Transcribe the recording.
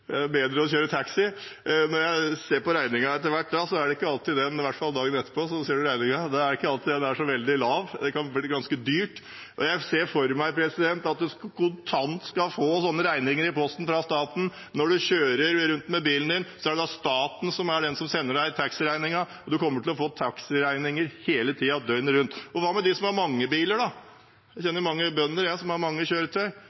bedre å kjøre taxi. Når jeg ser på regningen etter hvert, i hvert fall dagen etterpå når en ser regningen, er det ikke alltid den er så veldig lav. Det kan bli ganske dyrt. Jeg ser for meg at en konstant skal få sånne regninger i posten fra staten. Når en kjører rundt med bilen, er det staten som sender taxiregningen. En kommer til å få taxiregninger hele tiden, døgnet rundt. Hva med dem som har mange biler? Jeg kjenner mange bønder som har mange kjøretøy.